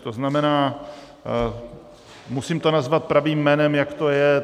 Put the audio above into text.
To znamená, musím to nazvat pravým jménem, jak to je.